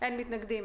אין מתנגדים.